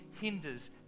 hinders